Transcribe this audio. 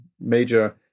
major